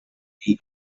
nie